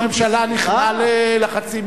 ראש הממשלה נכנע ללחצים קואליציוניים.